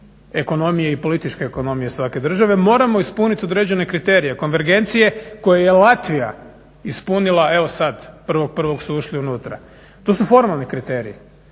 ekonomije i političke ekonomije svake države moramo ispuniti određene kriterije konvergencije koje je Latvija ispunila evo sad 1.01. su ušli unutra. To su formalni kriteriji.